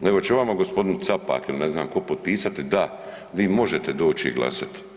nego će vama g. Capak ili ne znam tko potpisati, da vi možete doći glasati.